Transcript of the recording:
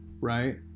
right